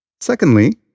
Secondly